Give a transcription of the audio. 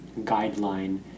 guideline